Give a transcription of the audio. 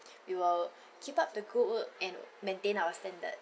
we will keep up the good work and maintain our standard